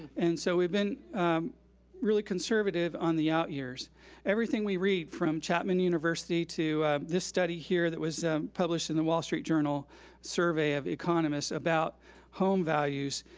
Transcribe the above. and so we've been really conservative on the outyears. everything we read, from chapman university to this study here that was published in the wall street journal survey of economists about home values,